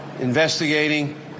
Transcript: investigating